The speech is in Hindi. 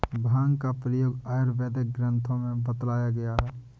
भाँग का प्रयोग आयुर्वेदिक ग्रन्थों में बतलाया गया है